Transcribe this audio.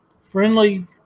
friendly